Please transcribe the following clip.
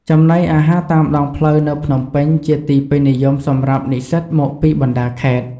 ចំណីអាហារតាមដងផ្លូវនៅភ្នំពេញជាទីពេញនិយមសម្រាប់និស្សិតមកពីបណ្តាខេត្ត ។